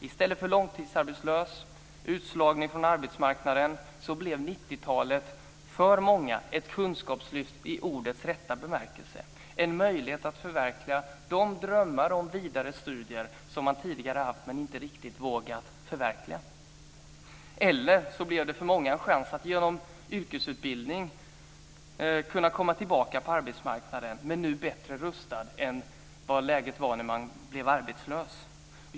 I stället för långtidsarbetslöshet och utslagning från arbetsmarknaden blev 90-talet för många ett kunskapslyft i ordets rätta bemärkelse. Det blev en möjlighet att förverkliga de drömmar om vidare studier som man tidigare haft men inte riktigt vågat förverkliga. Det blev också för många en chans att genom yrkesutbildning kunna komma tillbaka på arbetsmarknaden, men nu bättre rustade än när man blev arbetslös.